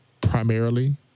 primarily